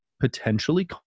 Potentially